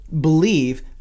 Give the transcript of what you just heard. believe